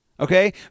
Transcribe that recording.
okay